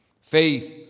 Faith